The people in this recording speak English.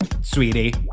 sweetie